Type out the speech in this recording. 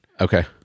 okay